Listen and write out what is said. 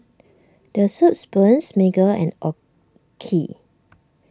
the Soup Spoon Smiggle and Oki